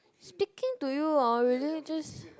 speaking to you orh really just